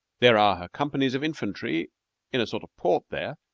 there are her companies of infantry in a sort of port there.